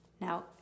Now